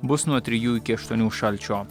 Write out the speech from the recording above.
bus nuo trijų iki aštuonių šalčio